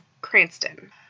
Cranston